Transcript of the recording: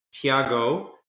Tiago